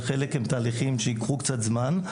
וחלק הם תהליכים שייקחו קצת זמן.